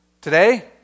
today